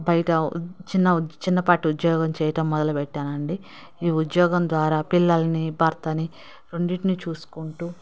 బయట చిన్న చిన్నపాటి ఉద్యోగం చేయటం మొదలు పెట్టానండి ఈ ఉద్యోగం ద్వారా పిల్లల్ని భర్తని రెండిటిని చూసుకుంటూ